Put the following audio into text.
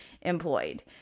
employed